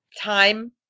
time